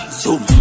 zoom